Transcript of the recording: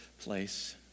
place